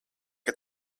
que